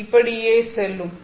இது இப்படியே செல்லும்